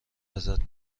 ازت